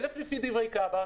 1,000 לפי דברי כב"א,